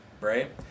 right